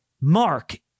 Mark